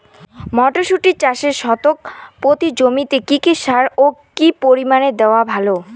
মটরশুটি চাষে শতক প্রতি জমিতে কী কী সার ও কী পরিমাণে দেওয়া ভালো?